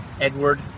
Edward